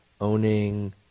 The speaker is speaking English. owning